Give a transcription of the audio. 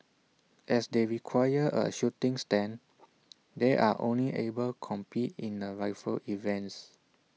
as they require A shooting stand they are only able compete in the rifle events